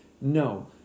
No